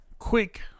Quick